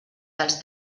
dels